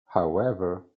however